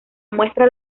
muestra